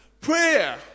prayer